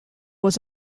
was